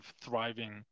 thriving